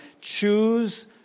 choose